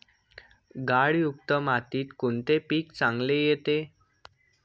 गाळयुक्त मातीत कोणते पीक चांगले येते?